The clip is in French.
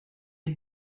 est